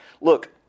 look